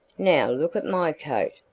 now look at my coat.